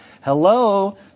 Hello